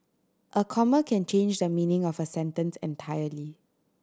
a comma can change the meaning of a sentence entirely